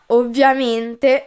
ovviamente